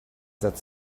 that